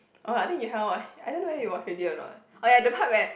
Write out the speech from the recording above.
orh I think you haven't watch I don't know whether you watch already or not oh ya the part where